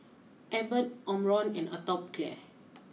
Abbott Omron and Atopiclair